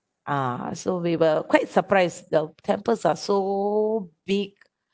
ah so we were quite surprised the temples are so big